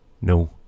no